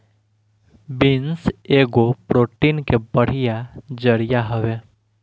beans एगो protein के बढ़िया जरिया हवे